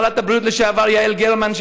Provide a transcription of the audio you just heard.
שרת הבריאות לשעבר יעל גרמן,